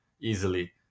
easily